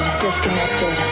disconnected